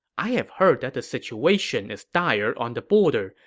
i have heard that the situation is dire on the border,